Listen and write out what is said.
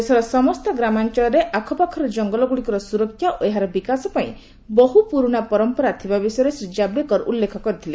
ଦେଶର ସମସ୍ତ ଗ୍ରାମାଞ୍ଚଳରେ ଆଖପାଖର ଜଙ୍ଗଲଗୁଡ଼ିକର ସୁରକ୍ଷା ଓ ଏହାର ବିକାଶ ପାଇଁ ବହୁ ପୁରୁଣା ପରମ୍ପରା ବିଷୟରେ ଶ୍ରୀ ଜାବ୍ଡେକର ଉଲ୍ଲେଖ କରିଥିଲେ